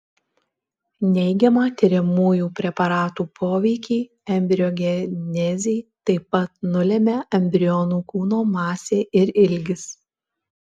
neigiamą tiriamųjų preparatų poveikį embriogenezei taip pat nulemia embrionų kūno masė ir ilgis